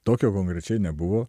tokio konkrečiai nebuvo